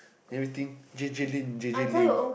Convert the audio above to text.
everything J_J-Lin J_J-Lin